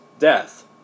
death